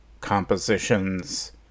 compositions